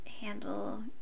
handle